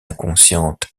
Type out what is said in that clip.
inconsciente